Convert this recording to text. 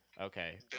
okay